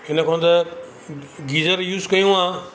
इनखां त geyser use कयूं हा